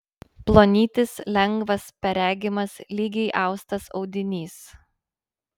plonytis lengvas perregimas lygiai austas audinys